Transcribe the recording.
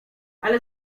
ale